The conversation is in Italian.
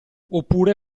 oppure